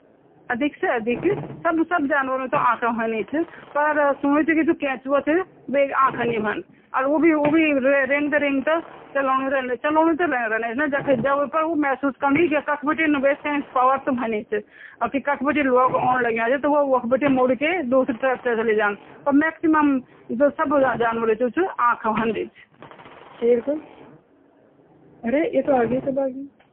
अधिक से अधिक सब जानवरो तह आंखा ह्वान्दी ची पर सुनी ची जो केचुवा ची वेका आंखा नि वंड और वो भी रेंगता रेंगता चालोदु रंदु जख जावे पर वो महसूस कैंदी की खख बैठहिन् वे सेंस पावर त वन्दी ची की कख बैथिन ल्वाग ाउंड लगया तब वो वख बैथिन मुड़के दूसरी तरफ चली जांद पर मैक्सिमम जो सब जानवर आंख हुंडई ची |